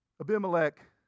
Abimelech